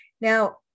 Now